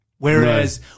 Whereas